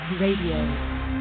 Radio